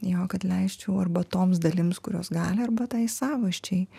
jo kad leisčiau arba toms dalims kurios gali arba tai savasčiai